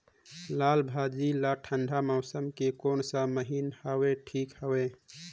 लालभाजी ला ठंडा मौसम के कोन सा महीन हवे ठीक हवे?